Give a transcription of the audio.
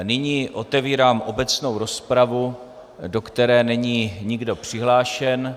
Nyní otevírám obecnou rozpravu, do které není nikdo přihlášen.